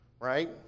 right